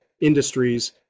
industries